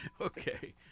Okay